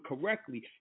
correctly